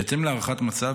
בהתאם להערכת מצב,